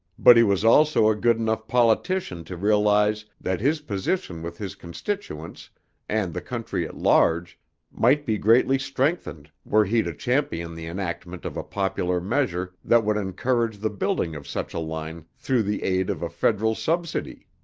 but he was also a good enough politician to realize that his position with his constituents and the country at large might be greatly strengthened were he to champion the enactment of a popular measure that would encourage the building of such a line through the aid of a federal subsidy.